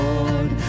Lord